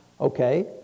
Okay